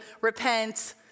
repent